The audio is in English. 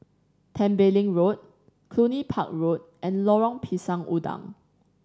Tembeling Road Cluny Park Road and Lorong Pisang Udang